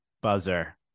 buzzer